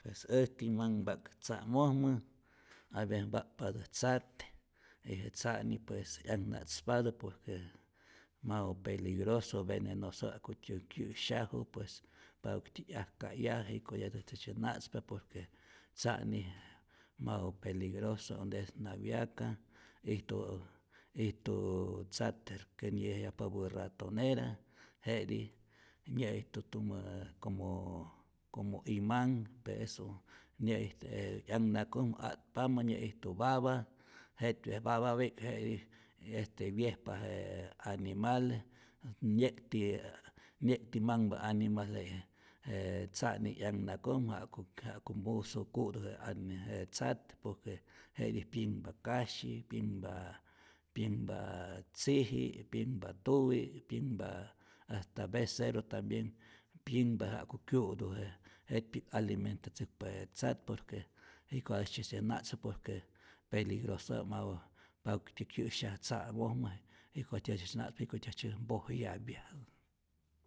Pues ät manhpa't tza'mojmä' aveces mpa'tpatat tzat, y je tza'nij pues 'yakna'tzpatä por que mau peligroso, venenoso ja'kutyä kyä'syaju, pues papäktyä 'yajka'yajä jiko'yätäjkäjtzye na'tzpa, por que tza'nij mau peligroso, donde es nauyaca, ijtu ijtu tzat que nyäjayajpapä ratonera je'tij nyä'ijtu tumä como como imanh pero eso nyä'ijtu je 'yaknakojmä, atpamä nyä'ijtu baba, jety papapi'k jetij wyejpa je animal, nye'kti ä nye'kti manhpa animal je je tzani 'yaknakojmä ja'ku ja'ku musu ku'tä je ani je tzat, por que jetij pyinhpa kasyi, pyinhpa pyinhpa tziji', pyinhpa tuwi, pyinhpa hasta becerru tambien pyinhpa ja'ku kyu'tu, jety'pi'k alimentatzäkpa je tzat, por que jiko'ajtzye de na'tzu por que peligrosota'p, mau papäktyä kya'syaj tza'mojmä, jikotäjtzye natzpa jiko'täjtzye mpojyapya.